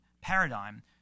paradigm